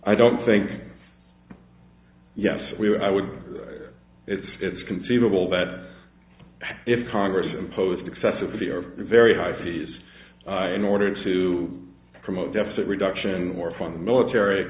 i don't think yes we would i would it's it's conceivable that if congress imposed excessively or very high fees in order to promote deficit reduction or from the military